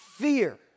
Fear